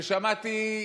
שמעתי,